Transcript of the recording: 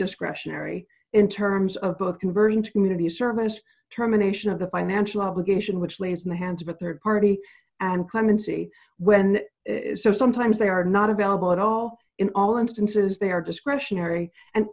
discretionary in terms of converting to community service terminations of the financial obligation which lays in the hands of a rd party and clemency when so sometimes they are not available at all in all instances they are discretionary and